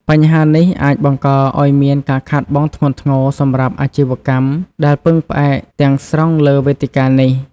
បញ្ហានេះអាចបង្កឱ្យមានការខាតបង់ធ្ងន់ធ្ងរសម្រាប់អាជីវកម្មដែលពឹងផ្អែកទាំងស្រុងលើវេទិកានេះ។